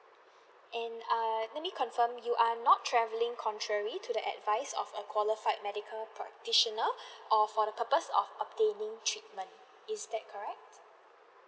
and err let me confirm you are not travelling contrary to the advise of a qualified medical practitioner or for the purpose of obtaining treatment is that correct